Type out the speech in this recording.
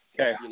Okay